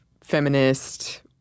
feminist